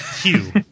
hugh